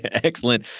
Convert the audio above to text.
excellent.